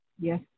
yes